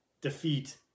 defeat